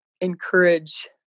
encourage